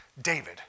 David